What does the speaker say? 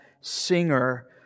singer